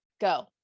go